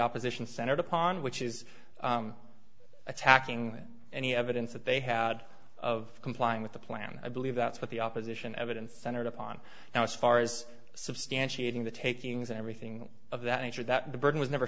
opposition centered upon which is attacking any evidence that they had of complying with the plan i believe that's what the opposition evidence centered upon now as far as substantiating the takings and everything of that nature that the burden was never